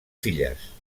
filles